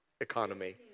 economy